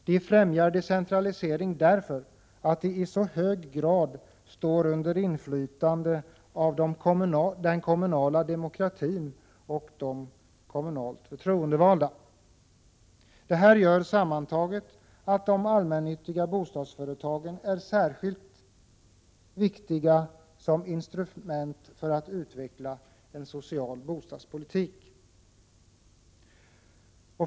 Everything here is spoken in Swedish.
De främjar decentralisering därför att de i så hög grad står under inflytande av den kommunala demokratin och de kommunalt förtroendevalda. Det här gör sammantaget att de allmännyttiga bostadsföretagen är särskilt viktiga som instrument för att utveckla en social bostadspolitik.